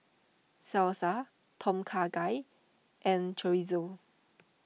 Salsa Tom Kha Gai and Chorizo